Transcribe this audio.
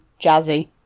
jazzy